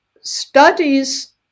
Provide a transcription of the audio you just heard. studies